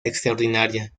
extraordinaria